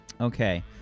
Okay